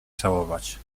całować